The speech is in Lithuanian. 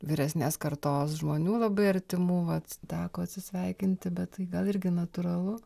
vyresnės kartos žmonių labai artimų vat teko atsisveikinti bet tai gal irgi natūralu